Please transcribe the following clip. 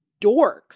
dorks